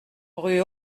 rue